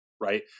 Right